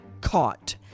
caught